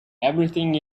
everything